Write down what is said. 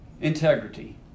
Integrity